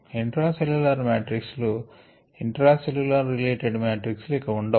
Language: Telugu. ఇంట్రా సెల్ల్యులార్ మాట్రిక్స్ లు ఇంట్రా సెల్ల్యులార్ రిలేటెడ్ మాట్రిక్స్ లు ఇక ఉండవు